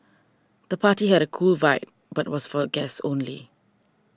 the party had a cool vibe but was for guests only